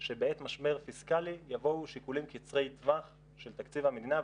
שבעת משבר פיסקאלי יבואו שיקולים קצרי טווח של תקציב המדינה,